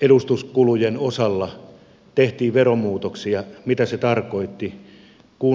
edustuskulujen osalta tehtiin veromuutoksia mitä se tarkoitti kun palvelutyöpaikkoihin se koski välittömästi